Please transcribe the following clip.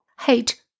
Hate